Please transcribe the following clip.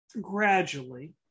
gradually